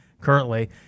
currently